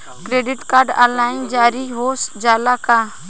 Credit card online जारी हो जाला का?